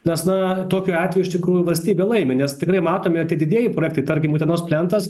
nes na tokiu atveju iš tikrųjų valstybė laimi nes tikrai matome tie didieji projektai tarkim utenos plentas